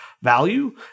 value